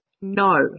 no